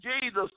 Jesus